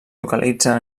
localitza